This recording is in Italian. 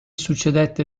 succedette